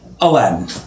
Aladdin